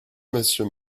monsieur